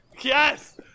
Yes